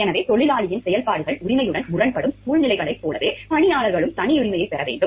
எனவே முதலாளியின் செயல்பாடுகள் உரிமையுடன் முரண்படும் சூழ்நிலைகளைப் போலவே பணியாளர்களும் தனியுரிமையைப் பெற வேண்டும்